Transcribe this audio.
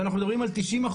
שאנחנו מדברים על 90%,